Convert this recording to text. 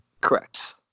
Correct